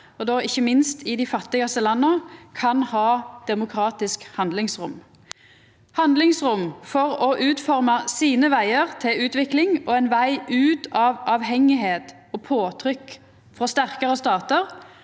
ikkje minst i dei fattigaste landa, kan ha demokratisk handlingsrom – handlingsrom til å forma sine veger til utvikling og ein veg ut av avhengigheit og påtrykk frå sterkare statar